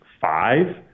five